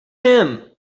him